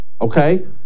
Okay